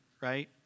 right